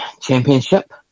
championship